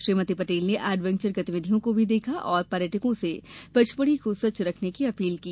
श्रीमती पटेल ने एडवेंचर गतिविधियों को भी देखा और पर्यटकों से पचमढ़ी को स्वच्छ रखने की अपील की